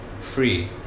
free